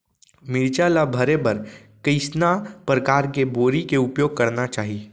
मिरचा ला भरे बर कइसना परकार के बोरी के उपयोग करना चाही?